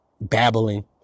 babbling